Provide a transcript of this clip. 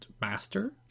master